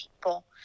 people